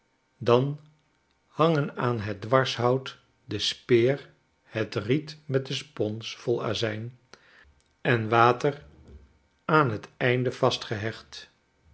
dan hangen aan het dwarshout de speer het riet met de spons vol azijn en water aan het einde vastgehecht